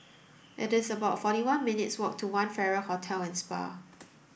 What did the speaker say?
it is about forty one minutes' walk to One Farrer Hotel and Spa